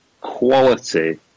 quality